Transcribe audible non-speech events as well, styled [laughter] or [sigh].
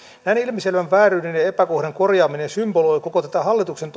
näin ilmiselvän vääryyden ja epäkohdan korjaaminen symboloi koko tätä hallituksen [unintelligible]